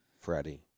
Freddie